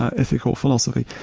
ah ethical philosophy.